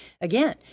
again